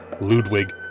Ludwig